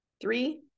Three